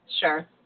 Sure